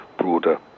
broader